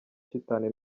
shitani